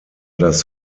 das